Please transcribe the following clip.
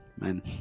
man